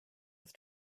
with